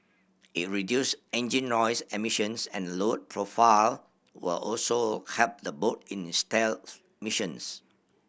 it reduced engine noise emissions and lowered profile will also help the boat in stealth missions